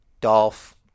Dolph